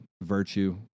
virtue